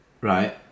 Right